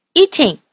eating